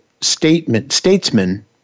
statesman